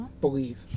believe